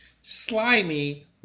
slimy